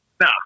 No